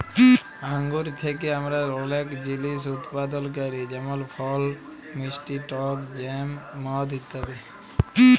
আঙ্গুর থ্যাকে আমরা অলেক জিলিস উৎপাদল ক্যরি যেমল ফল, মিষ্টি টক জ্যাম, মদ ইত্যাদি